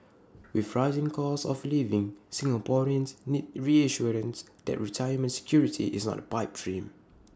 with rising costs of living Singaporeans need reassurance that retirement security is not A pipe dream